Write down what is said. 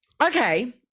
Okay